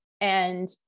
And-